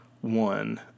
one